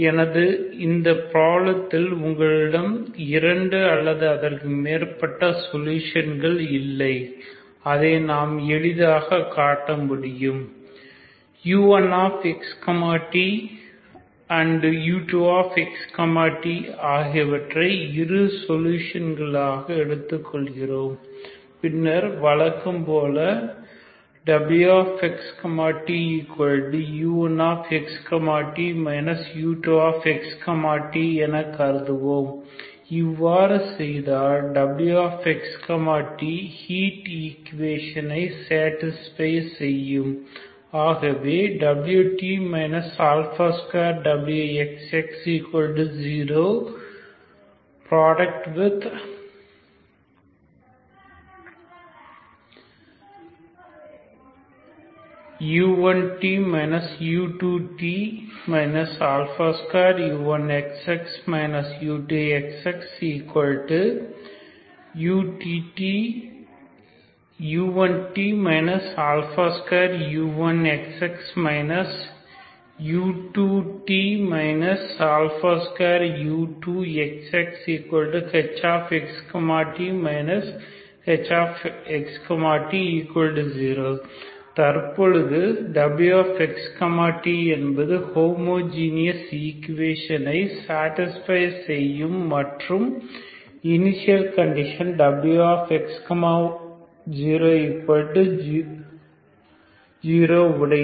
எனது இந்தப் பிராப்லத்திற்கு உங்களிடம் இரண்டு அல்லது அதற்கு மேற்பட்ட சொல்யூஷன் இல்லை அதை நாம் எளிதாக காட்ட முடியும் u1x t u2x t ஆகியவற்றை இரு சொல்யூஷன்களாக எடுத்துக்கொள்கிறோம் பின்னர் வழக்கம்போல wx tu1x t u2x t என கருதுவோம் இவ்வாறு செய்தால் wx t ஹீட் க்குவேஷனை சேடிஸ்பை செய்யும் ஆகவே wt 2wxx0u1t u2t 2u1xx u2xxu1t 2u1xx u2t 2u2xxhx t hx t0 தற்பொழுது wx t என்பது ஹோமோஜீனியஸ் ஈக்குவேஷனை சாடிஸ்பை செய்யும் மற்றும் இனிஷியல் கண்டிஷன் wx 00 உடையது